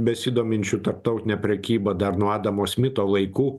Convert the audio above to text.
besidominčių tarptautine prekyba dar nuo adamo smito laikų